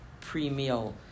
pre-meal